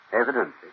Evidently